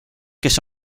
kes